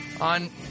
on